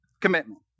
commitment